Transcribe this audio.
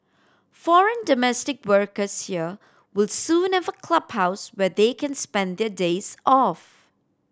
foreign domestic workers here will soon have a clubhouse where they can spend their days off